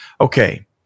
Okay